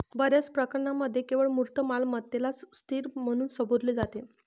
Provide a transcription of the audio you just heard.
बर्याच प्रकरणांमध्ये केवळ मूर्त मालमत्तेलाच स्थिर म्हणून संबोधले जाते